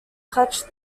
clutched